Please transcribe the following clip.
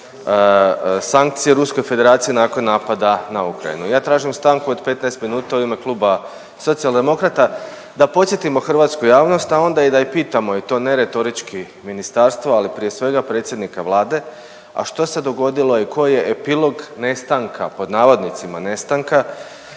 sankcije Ruskoj Federaciji nakon napada na Ukrajinu. Ja tražim stanku od 15 minuta u ime kluba Socijaldemokrata da podsjetimo hrvatsku javnost, a onda da i pitamo i to ne retorički ministarstvo, ali prije svega predsjednika Vlade, a što se dogodilo i koji je epilog „nestanka“ jahte Irina VU ruskog